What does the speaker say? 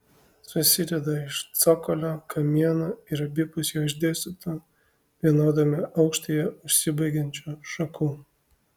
susideda iš cokolio kamieno ir abipus jo išdėstytų vienodame aukštyje užsibaigiančių šakų